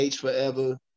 forever